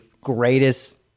greatest